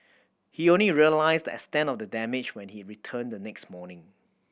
he only realised the extent of the damage when he returned the next morning